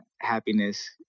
happiness